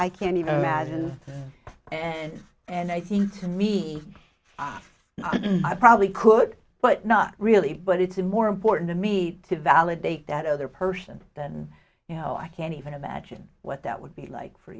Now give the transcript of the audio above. i can't even imagine and and i think to me i probably could but not really but it's more important to me to validate that other person than you know i can even imagine what that would be like for